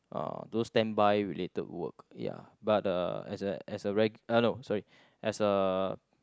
uh those standby related work ya but uh as a as a reg~ no sorry as a